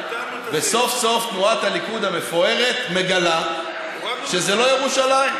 סוף-סוף תנועת הליכוד המפוארת מגלה שזו לא ירושלים.